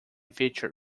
feature